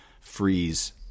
freeze